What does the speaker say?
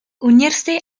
unirse